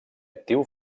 actiu